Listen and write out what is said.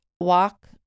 walk